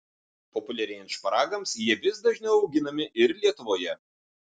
populiarėjant šparagams jie vis dažniau auginami ir lietuvoje